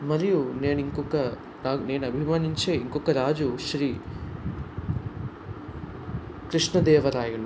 మరియు నేను ఇంకొక నేను అభిమానించే ఇంకొక రాజు శ్రీకృష్ణదేవరాయులు